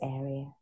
area